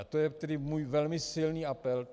A to je tedy můj velmi silný apel.